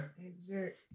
Exert